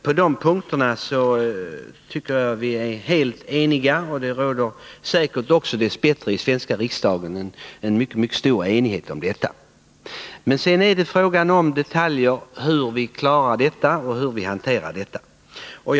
På dessa punkter tycker jag vi är helt eniga, och helt säkert råder det dess bättre en mycket stor enighet om detta i den svenska riksdagen. Men sedan har vi sådana frågor som rör detaljerna kring hur vi hanterar det här.